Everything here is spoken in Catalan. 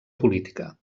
política